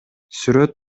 сүрөт